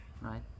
right